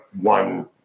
one